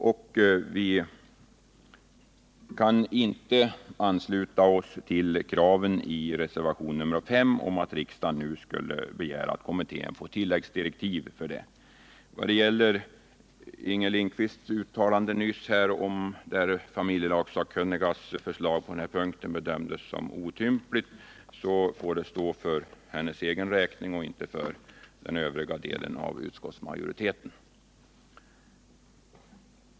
Vi kan därför inte ansluta oss till kraven i reservationen 5 om att riksdagen nu skall begära att 21 kommittén får tilläggsdirektiv för detta. När det gäller Inger Lindquists uttalande nyss, att hon bedömer familjelagssakkunnigas förslag på denna punkt som otympligt, får det stå för hennes egen räkning och inte för den övriga delen av utskottsmajoriteten.